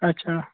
اَچھا